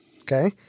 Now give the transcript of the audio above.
Okay